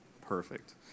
Perfect